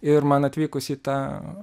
ir man atvykus į tą